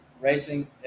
racing